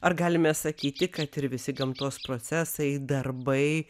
ar galime sakyti kad ir visi gamtos procesai darbai